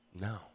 No